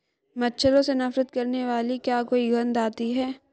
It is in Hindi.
मच्छरों से नफरत करने वाली क्या कोई गंध आती है?